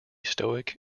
stoic